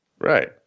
Right